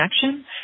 connection